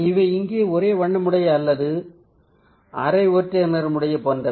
இவை இங்கே ஒரே வண்ணமுடைய அல்லது அரை ஒற்றை நிறமுடையது போன்றவை